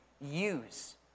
use